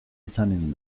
izanen